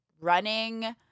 running